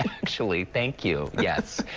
actually, thank you, yes.